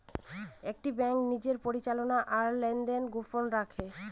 একটি ব্যাঙ্ক নিজের পরিচালনা আর লেনদেন গোপন রাখে